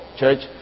church